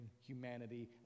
humanity